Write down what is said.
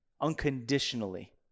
unconditionally